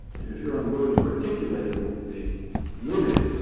and if you're unwilling to articulate a limit